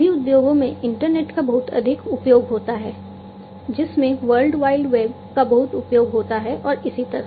सभी उद्योगों में इंटरनेट का बहुत अधिक उपयोग होता है जिसमें वर्ल्ड वाइड वेब का बहुत उपयोग होता है और इसी तरह